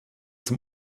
zum